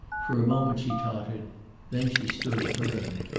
for a moment she tottered then she stood firm.